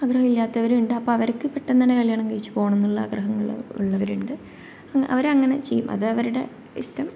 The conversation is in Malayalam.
ആഗ്രഹം ഇല്ലാത്തവരും ഉണ്ട് അപ്പം അവർക്ക് പെട്ടെന്ന് തന്നെ കല്യാണം കഴിച്ച് പോവണം എന്നുള്ള ആഗ്രഹങ്ങൾ ഉള്ളവരുണ്ട് അവരങ്ങനെ ചെയ്യും അത് അവരുടെ ഇഷ്ടം